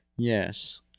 Yes